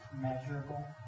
measurable